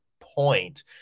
point